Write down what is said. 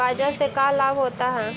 बाजार से का लाभ होता है?